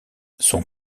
son